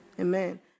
Amen